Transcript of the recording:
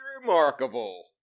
remarkable